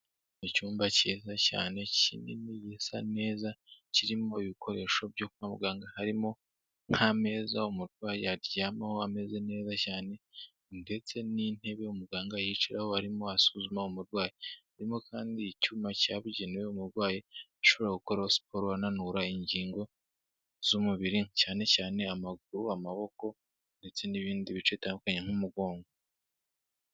Icyumba kiza cyane kinini gisa neza kirimo ibikoresho byo kwa muganga harimo nk'ameza umurwayi yaryamaho ameze neza cyane, ndetse n'intebe umuganga yiciraho arimo asuzuma umurwayi. Harimo kandi icyuma cyabugenewe umurwayi ashobora gukoreraho siporo ananura ingingo z'umubiri cyane cyane amaguru, amaboko ndetse n'ibindi bice bitandukanye nk'umugongo.